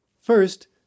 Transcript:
First